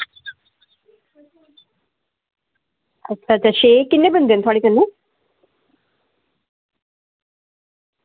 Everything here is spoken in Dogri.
अच्छा ते एह् किन्ने बंदे न थुआढ़े कन्नै